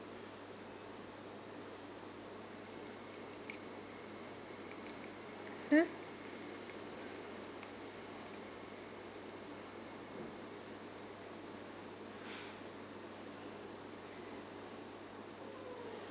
hmm